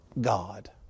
God